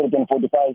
145